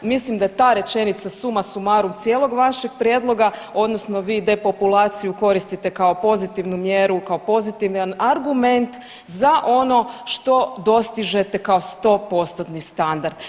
Mislim da je ta rečenica suma sumarum cijelog vašeg prijedloga odnosno vi depopulaciju koristite kao pozitivnu mjeru, kao pozitivan argument za ono što dostižete kao stopostotni standard.